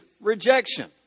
rejection